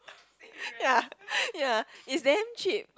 ya ya is damn cheap